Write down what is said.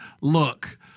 look